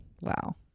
Wow